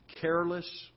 careless